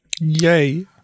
yay